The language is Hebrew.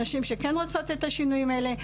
נשים שכן רוצות את השינויים האלה,